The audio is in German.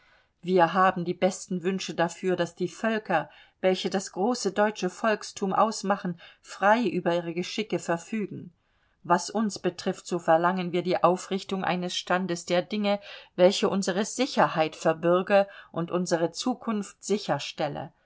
wir haben die besten wünsche dafür daß die völker welche das große deutsche volkstum ausmachen frei über ihre geschicke verfügen was uns betrifft so verlangen wir die aufrichtung eines standes der dinge welcher unsere sicherheit verbürge und unsere zukunft